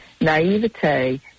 naivete